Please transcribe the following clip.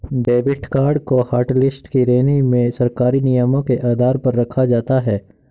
debit card को hotlist की श्रेणी में सरकारी नियमों के आधार पर रखा जाता है